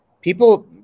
people